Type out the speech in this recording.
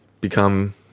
become